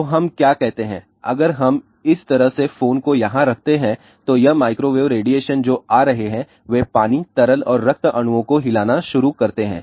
तो हम क्या कहते हैं अगर हम इस तरह से फोन को यहाँ रखते हैं तो यह माइक्रोवेव रेडिएशन जो आ रहे हैं वे पानी तरल और रक्त अणुओं को हिलाना शुरू करते हैं